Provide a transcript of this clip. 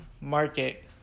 market